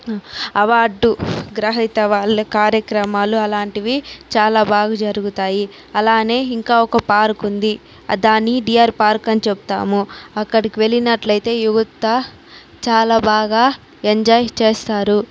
award గ్రహీత వాళ్ళ కార్యక్రమాలు అలాంటివి చాలా బాగా జరుగుతాయి అలానే ఇంకా ఒక పార్క్ ఉంది దాని వియార్ పార్క్ అని చెప్తాము అక్కడికి వెళ్ళినట్లయితే యువత చాలా బాగా ఎంజాయ్ చేస్తారు